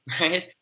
right